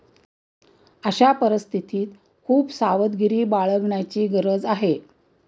अशा परिस्थितीत खूप सावधगिरी बाळगण्याची गरज आहे